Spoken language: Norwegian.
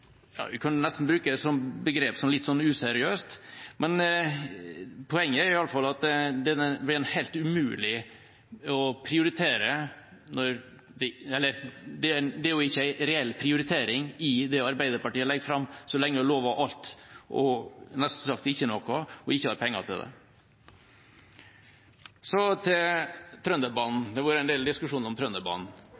ja, man kan nesten bruke uttrykket «litt useriøst». Poenget er i alle fall at det er ikke en reell prioritering i det som Arbeiderpartiet legger fram, så lenge man lover alt og – jeg hadde nesten sagt – ingenting og ikke har penger til det. Så til Trønderbanen,